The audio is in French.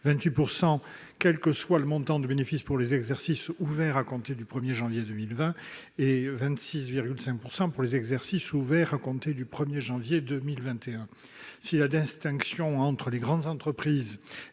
28 % quel que soit le montant du bénéfice pour les exercices ouverts à compter du 1 janvier 2020 ; et à 26,5 % pour les exercices ouverts à compter du 1 janvier 2021. Si la distinction entre les grandes entreprises